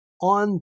on